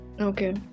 Okay